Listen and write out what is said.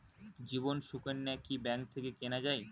জীবন সুকন্যা কি ব্যাংক থেকে কেনা যায়?